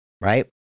Right